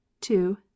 two